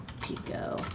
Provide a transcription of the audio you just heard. Pico